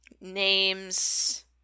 Names